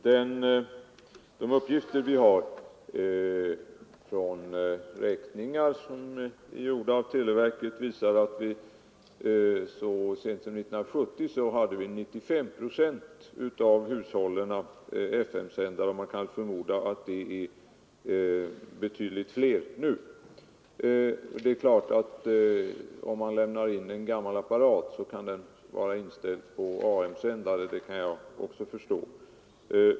Herr talman! De räkningar som televerket utfört har visat att 95 procent av hushållen så tidigt som 1970 hade radioapparater som var inställda på FM-band, och man kan förmoda att det är ännu fler som har det nu. Det är klart att en gammal apparat som lämnas in till reparation kan vara inställd på AM-sändare — det kan jag också förstå.